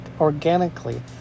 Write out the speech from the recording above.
organically